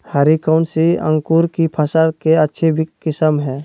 हरी कौन सी अंकुर की फसल के अच्छी किस्म है?